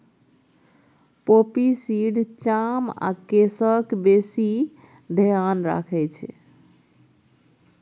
poppy seed चाम आ केसक बेसी धेआन रखै छै